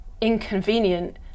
inconvenient